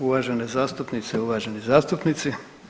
Uvažene zastupnice, uvaženi zastupnici.